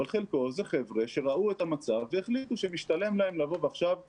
אבל חלקו זה חבר'ה שראו את המצב והחליטו שמשתלם להם לבוא ועכשיו ללמוד.